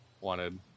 wanted